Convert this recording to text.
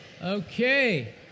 Okay